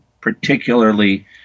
particularly